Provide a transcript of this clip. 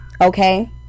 Okay